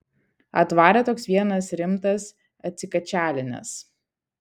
atvarė toks vienas rimtas atsikačialinęs